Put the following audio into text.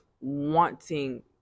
wanting